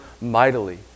mightily